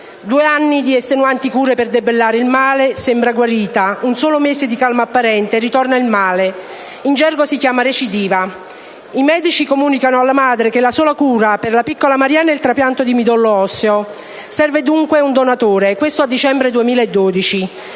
due anni di estenuanti cure per debellare il male, sembra guarita. Ma si tratta di un solo mese di calma apparente. Ritorna il male: in gergo si chiama recidiva. I medici comunicano alla madre che la sola cura per la piccola Marianna è il trapianto di midollo osseo. Serve dunque un donatore (questo a dicembre 2012).